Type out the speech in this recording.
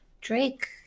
Drake